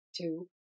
Two